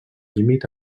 límit